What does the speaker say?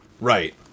right